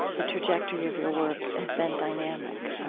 the trajectory of your work has been dynamic.